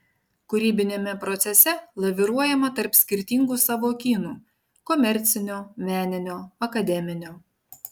kūrybiniame procese laviruojama tarp skirtingų sąvokynų komercinio meninio akademinio